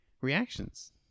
reactions